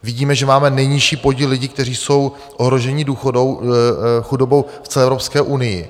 Vidíme, že máme nejnižší podíl lidí, kteří jsou ohroženi důchodovou chudobou v celé Evropské unii.